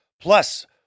Plus